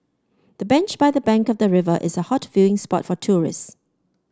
the bench by the bank of the river is a hot viewing spot for tourists